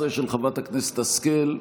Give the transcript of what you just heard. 11, של חברת הכנסת שרן השכל.